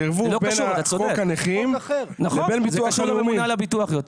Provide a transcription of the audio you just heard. זה ערבוב בין חוק הנכים לבין ביטוח לאומי.